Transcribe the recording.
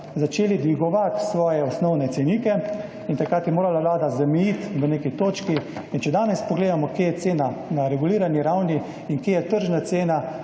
začeli dvigovati svoje osnovne cenike in takrat je morala vlada zamejiti v neki točki. Če danes pogledamo kje je cena na regulirani ravni in kje je tržna cena,